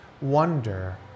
wonder